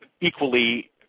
equally